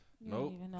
Nope